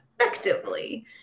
effectively